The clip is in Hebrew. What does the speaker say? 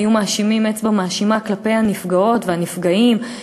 היו מפנים אצבע מאשימה כלפי הנפגעות והנפגעים,